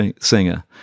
singer